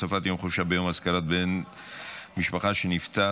הוספת יום חופשה ביום אזכרת בן משפחה שנפטר),